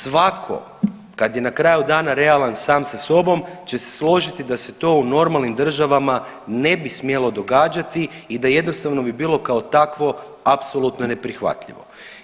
Svatko kad je na kraju dana realan sam sa sobom će se složiti da e to u normalnim državama ne bi smjelo događati i da jednostavno bi bilo kao takvo apsolutno neprihvatljivo.